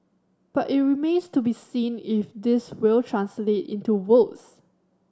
but it remains to be seen if this will translate into votes